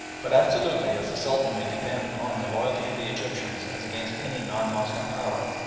but absolutely as the sultan may depend upon the loyalty of the egyptians as against any non-moslem power,